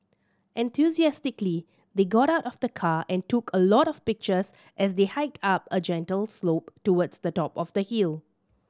enthusiastically they got out of the car and took a lot of pictures as they hiked up a gentle slope towards the top of the hill